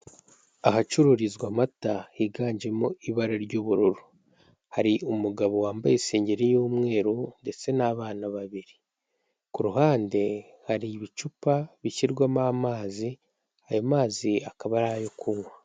Ahacururizwa amata higanjemo ibara ry'ubururu, hari umugabo wambaye isengeri y'umweru ndetse n'abana babiri. Ku ruhande hari ibicupa bishyirwamo amazi ayo mazi akaba ari ayo kunywa.